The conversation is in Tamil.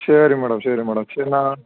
சரி மேடம் சரி மேடம் சரி நான்